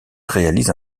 réalise